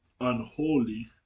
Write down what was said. unholy